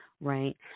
right